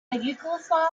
yugoslav